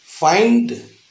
Find